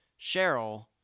Cheryl